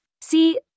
See